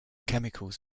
chemicals